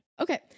Okay